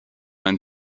and